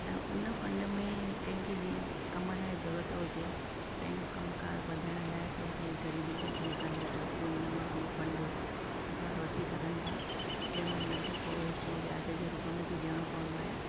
ऐं उन फंड में कंहिं खे जीअं कम लाइ ज़रूरत हुजे पंहिंजो कमुकार वधाइण लाइ पंहिंजी ग़रीबीअ खे दूरि करण लाइ त उन मां हू फंड उधार वठी सघनि था जंहिं में उन्हनि खे थोरो हिसो व्याज जे रुप में ॾियणो पवंदो आहे